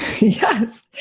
Yes